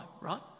right